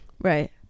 right